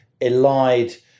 elide